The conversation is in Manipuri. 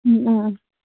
ꯎꯝ ꯎꯝ ꯎꯝ